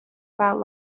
about